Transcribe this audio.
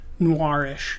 noirish